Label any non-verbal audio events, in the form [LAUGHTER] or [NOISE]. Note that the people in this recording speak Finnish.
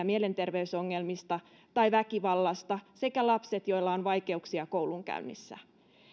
[UNINTELLIGIBLE] mielenterveysongelmista tai väkivallasta sekä lapset joilla on vaikeuksia koulunkäynnissä